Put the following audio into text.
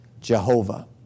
Jehovah